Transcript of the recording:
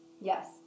yes